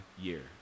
year